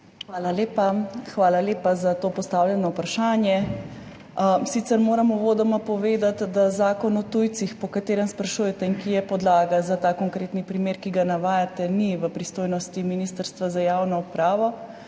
Hvala lepa za postavljeno vprašanje. Sicer moram uvodoma povedati, da Zakon o tujcih, po katerem sprašujete in ki je podlaga za ta konkretni primer, ki ga navajate, ni v pristojnosti Ministrstva za javno upravo.